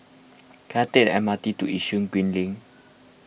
can I take M R T to Yishun Green Link